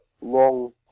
long